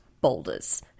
boulders